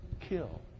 kill